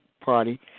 Party